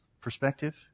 perspective